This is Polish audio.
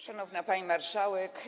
Szanowna Pani Marszałek!